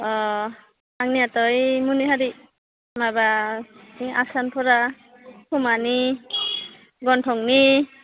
अ आंनियाथ' ओइ मुनिहारि माबा बे आसानफोरा खोमानि गनथंनि